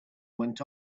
went